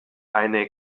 eine